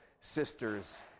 sisters